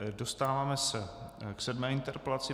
Dostáváme se k sedmé interpelaci.